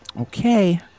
Okay